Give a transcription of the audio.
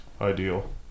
ideal